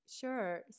Sure